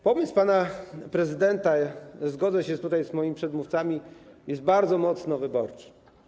Pomysł pana prezydenta, zgodzę się tutaj z moimi przedmówcami, jest bardzo mocno wyborczy.